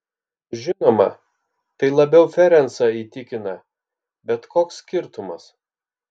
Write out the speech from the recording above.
žinoma tai labiau ferencą įtikina bet koks skirtumas